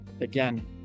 Again